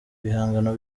ibihangano